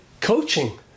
coaching